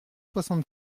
soixante